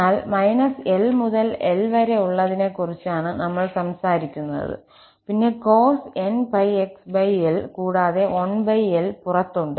എന്നാൽ −𝐿 മുതൽ 𝐿 വരെ ഉള്ളതിനെക്കുറിച്ചാണ് നമ്മൾ സംസാരിക്കുന്നത് പിന്നെ cos 𝑛𝜋𝑥𝐿 കൂടാതെ 1𝐿 പുറത്തുണ്ട്